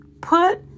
put